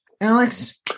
Alex